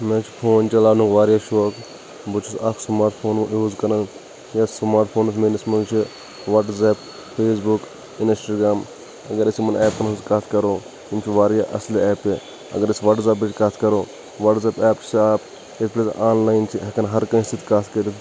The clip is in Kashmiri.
مےٚ حظ چِھ فون چھلاونُک واریاہ شوق بہٕ چھُس اَکھ سُماٹ فون یوز کران یتھ سُماٹ فونَس میٛٲنِس منٛز چھِ وَٹٕزایپ فیس بُک اِسٹراگرام اگر أسۍ یِمَن ایٚپَن ہنٛز کَتھ کَرو یِم چھِ واریاہ اَصلہِ ایٚپہٕ اَگر أسۍ وَٹزایٚپٕچ کَتھ کَرو وَٹٕزایٚپ ایٚپ چھِ اَکھ یَتھ پِؠٹھ آن لایِن چھِ ہِیٚکان ہَر کانٛسہِ سۭتۍ کَتھ کٔرِتھ